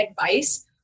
advice